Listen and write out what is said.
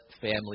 family